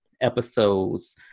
episodes